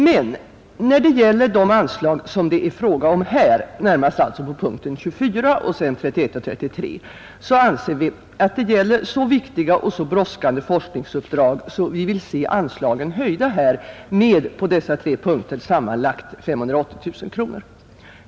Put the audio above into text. Men när det gäller de anslag som det är fråga om på punkterna 24, 31 och 33, anser vi att det rör sig om så viktiga och så brådskande forskningsuppdrag, att vi vill se anslagen höjda med sammanlagt 580 000 kronor på dessa punkter.